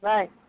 Right